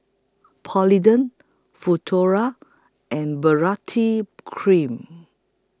Polident Futuro and Baritex Cream